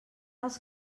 els